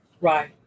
Right